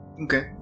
Okay